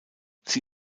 sie